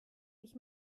ich